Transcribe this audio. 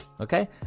Okay